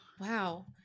Wow